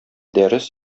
дәрес